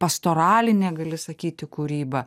pastoralinė gali sakyti kūryba